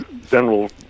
general